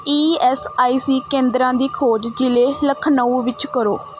E S I C ਕੇਂਦਰਾਂ ਦੀ ਖੋਜ ਜ਼ਿਲ੍ਹੇ ਲਖਨਊ ਵਿੱਚ ਕਰੋ